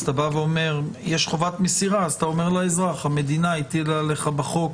אתה אומר לאזרח: המדינה הטילה עליך בחוק